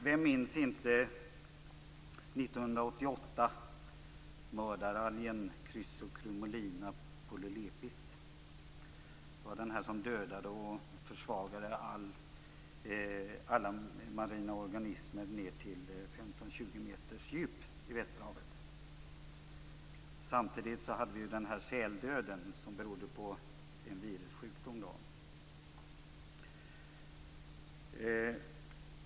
Vem minns inte 1988 och mördaralgen Chryssochromulina polylepis, som dödade och försvagade alla marina organismer ned till 15-20 meters djup i Samtidigt hade vi säldöden, som berodde på en virussjukdom.